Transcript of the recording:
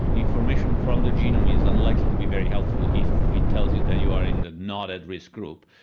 information from the genome is unlikely to be very helpful if it tells you that you are in the not-at-risk group.